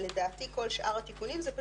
ושאר התיקונים הם,